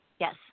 Yes